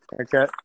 Okay